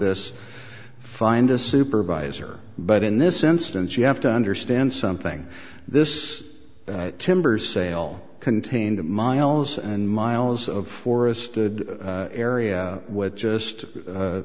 this find a supervisor but in this instance you have to understand something this timbers sale contained a miles and miles of forested area with just